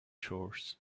shores